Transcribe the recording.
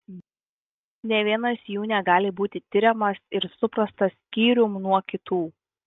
nė vienas jų negali būti tiriamas ir suprastas skyrium nuo kitų